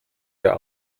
der